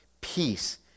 peace